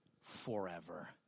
forever